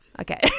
Okay